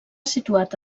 situat